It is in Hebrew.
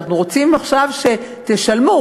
אנחנו רוצים עכשיו שתשלמו.